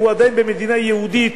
והוא עדיין במדינה יהודית,